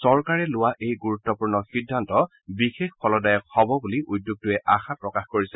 চৰকাৰে লোৱা এই গুৰুত্বপূৰ্ণ সিদ্ধান্ত বিশেষ ফলদায়ক হ'ব বুলি উদ্যোগটোৱে আশা প্ৰকাশ কৰিছে